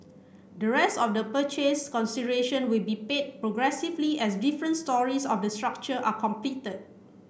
the rest of the purchase consideration will be paid progressively as different storeys of the structure are completed